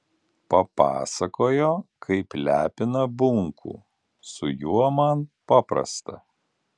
papasakojo kaip lepina bunkų su juo man paprasta